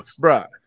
Bruh